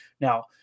Now